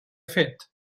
fet